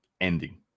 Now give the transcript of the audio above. ending